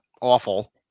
awful